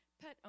pet